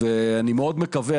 ואני מאוד מקווה,